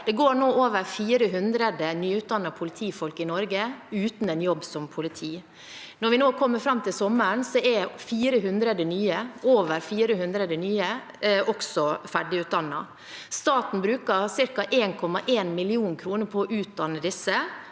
Det går nå over 400 nyutdannede politifolk i Norge uten en jobb som politi. Når vi kommer fram til sommeren, er over 400 nye også ferdigutdannet. Staten bruker ca. 1,1 mill. kr på å utdanne disse